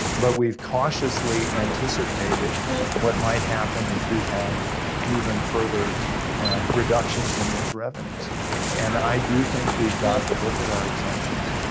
but we've cautiously anticipated what might happen if we have even further reductions in those revenues, and i do think we've got to look at our exemptions,